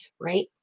right